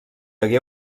hagué